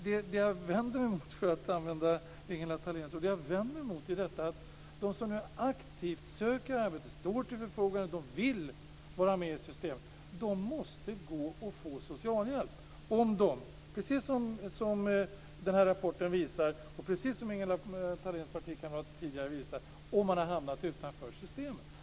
Det jag vänder mig mot, för att använda Ingela Thaléns ord, är detta att de som nu aktivt söker arbete, de som står till arbetsmarknadens förfogande och vill vara med i systemet, måste gå och få socialhjälp om de, precis som den här rapporten visar och som Ingela Thaléns partikamrater tidigare visade, har hamnat utanför systemet.